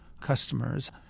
customers